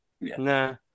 nah